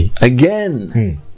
again